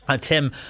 Tim